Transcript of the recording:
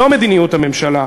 זו מדיניות הממשלה,